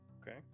Okay